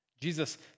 Jesus